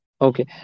Okay